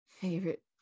favorite